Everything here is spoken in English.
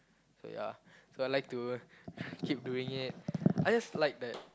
so ya I like to keep doing it I just like that